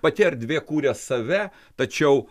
pati erdvė kuria save tačiau